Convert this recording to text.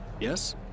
Yes